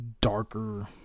darker